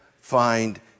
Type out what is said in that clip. find